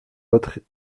autres